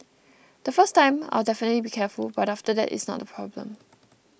the first time I'll definitely be careful but after that it's not a problem